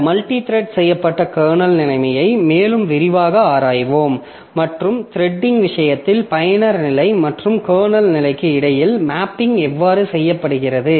இந்த மல்டித்ரெட் செய்யப்பட்ட கர்னல் நிலைமையை மேலும் விரிவாக ஆராய்வோம் மற்றும் த்ரெடிங் விஷயத்தில் பயனர் நிலை மற்றும் கர்னல் நிலைக்கு இடையில் மேப்பிங் எவ்வாறு செய்யப்படுகிறது